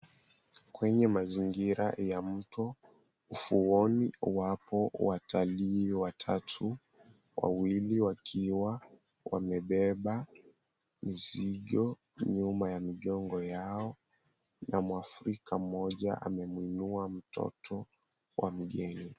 Kwenye mazingira ya mto, ufuoni wapo watalii watatu, wawili wakiwa wamebeba mizigo nyuma ya migongo yao na mwafrika mmoja amemuinua mtoto wa mgeni.